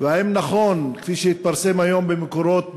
האם נכון, כפי שהתפרסם היום במקורות בחו"ל,